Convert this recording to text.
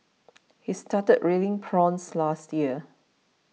he started rearing prawns last year